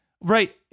Right